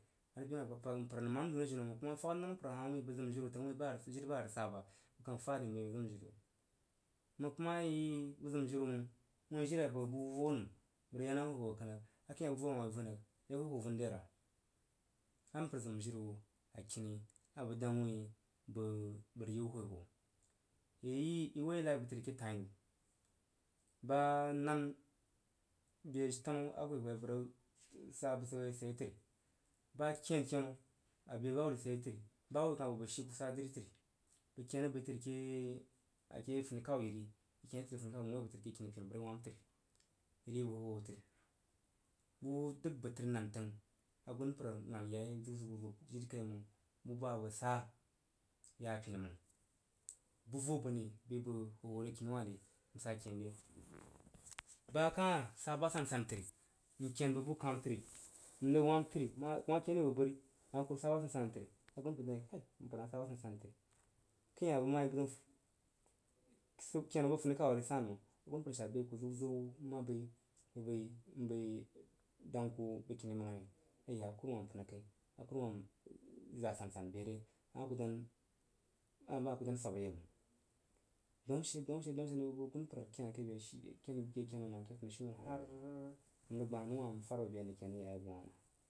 Are be wah ri mpər nəm ma mən woi dri wu məng, məng sane mpər hah wuin bəg im jiri wu təng jivi ba rig sa ba bəg kah rig sas she be a bəg rig zim jiri woo məng ku ma yi bəg zim jiri wumdəng wuin jiri a bəg bu vo nəm bəg rig ya na wu hwo hwo kənnəg akəin hah bu vo wu ma vunəng de hwo-hwo vun re riga? A mpər zim jiri wu akini abəg dang wuin bəgrig bəgrisyi wu hwo-hwo. Irig woi noi bəg təri ke pain nəu ba nan be fanu a hwoi hwoi abjs rig sa bu sau yei sid ye təri ba ken kenu abe wah sid yei təri ba ken kenu abe wah sid yei təri ba whub i kain bəg shi kuba dri təri bəg ken rig bəi təri ke-ake funi kam yiri ake funikau iyi ri woi bəg təri a ke kini piunu bəg rig wamg təri i i rig yi bəg hwo hwo təri n rig dəg bəg təri nan təng agunpər gangyai n rig zin bəg jiri kai mənə bu ba abəg sa ya pen məng bu vo bəg ne bəg yi bəg hwo hwo re kini wah ri n sa rig ken re ba kah sa ba sansan təri n ken bəg bu kenu təri n rig wamb təvi kuma ken ve bəg bari ama ku rig sa ba sasan təri agunpər wui kai kurig sa ba sasan təri akəin hah bəg ma yi bəg rig sid kenabo funikauri, agunpər shad bəi ku ziu-ziu m ma bəi bəg bəi m bəi dang ku bəgkini maghi ai ya a kurumam pən kai a kurumam za a sasan be re a wah ku dan, a wah ku dan swab yeiməng danashe, dauashe nəng bəg bəg agunpər ken ke funishiumen har n rig gbah nəu wah irig fad abo abe anəng rig ya yei bəg wah nəm.